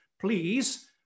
please